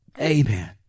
Amen